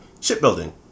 shipbuilding